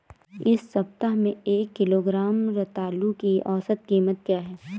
इस सप्ताह में एक किलोग्राम रतालू की औसत कीमत क्या है?